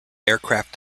aircraft